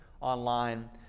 online